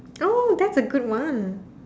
oh that's a good one